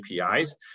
APIs